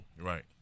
Right